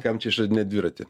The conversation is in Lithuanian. kam čia išradinėt dviratį